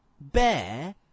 bear